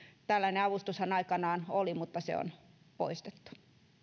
tällainen avustushan aikanaan oli mutta se on poistettu